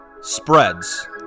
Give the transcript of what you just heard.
spreads